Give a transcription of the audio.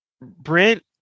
Brent